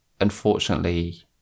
Unfortunately